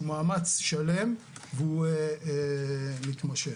הוא מאמץ שלם והוא מתמשך.